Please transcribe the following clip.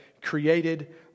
Created